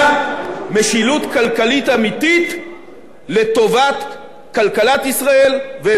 משילות כלכלית אמיתית לטובת כלכלת ישראל ואזרחי ישראל.